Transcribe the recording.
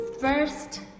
first